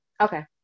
Okay